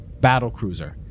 battlecruiser